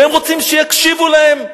והם רוצים שיקשיבו להם.